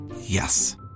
Yes